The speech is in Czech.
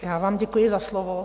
Já vám děkuji za slovo.